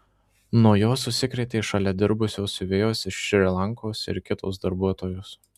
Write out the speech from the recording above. nuo jos užsikrėtė šalia dirbusios siuvėjos iš šri lankos ir kitos darbuotojos